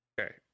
Okay